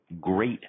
great